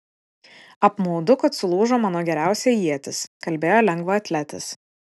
apmaudu kad sulūžo mano geriausia ietis kalbėjo lengvaatletis